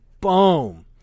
boom